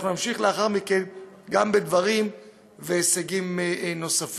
אנחנו נמשיך לאחר מכן בדברים ובהישגים נוספים.